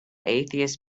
atheist